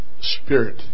spirit